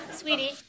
sweetie